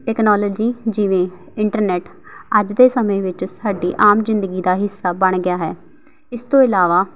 technology ਜਿਵੇਂ internet ਅੱਜ ਦੇ ਸਮੇਂ ਵਿੱਚ ਸਾਡੀ ਆਮ ਜ਼ਿੰਦਗੀ ਦਾ ਹਿੱਸਾ ਬਣ ਗਿਆ ਹੈ ਇਸ ਤੋਂ ਇਲਾਵਾ